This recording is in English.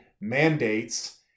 mandates